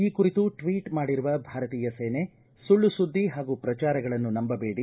ಈ ಕುರಿತು ಟ್ವೀಟ್ ಮಾಡಿರುವ ಭಾರತೀಯ ಸೇನೆ ಸುಳ್ಳು ಸುದ್ದಿ ಹಾಗೂ ಪ್ರಚಾರಗಳನ್ನು ನಂಬದೇಡಿ